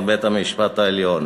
בית-המשפט העליון.